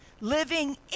living